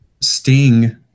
Sting